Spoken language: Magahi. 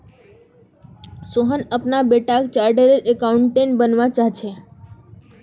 सोहन अपना बेटाक चार्टर्ड अकाउंटेंट बनवा चाह्चेय